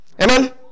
Amen